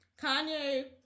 Kanye